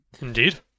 Indeed